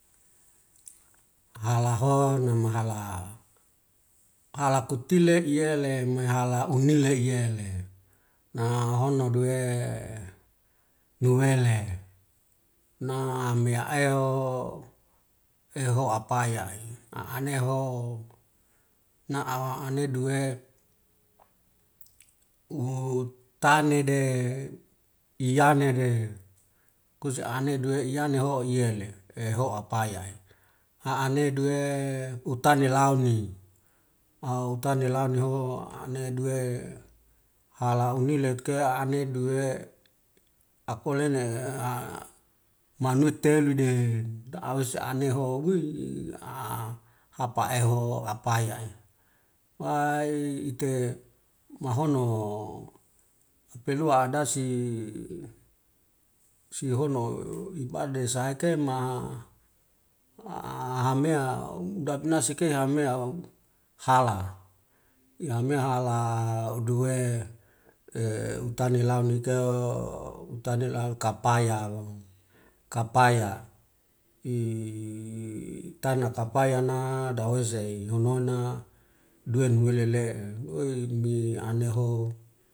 Halaho nama hala, hala kitile iyele mai hala unile iyele, na hono duwe duwele na meaeho eho apaya, aneho na'a ane duwe utanede iyenede kosi ane duwe iyaneho iyele ho paya'i a'ane dua utani launi utani launi ho ane duwe hala unileke ane dewe akolene manui telude daawes aneho hapa eho apaya'i wai ite mahono upulua adasi sihono ipai deshekema hamea dapinaike ahamea hala, yamea hala udewe untani launike utanilau kapaya, kapaya itana kapaya na dawese nonoina dewe nuwelele'e wei mi aneho.